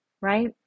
right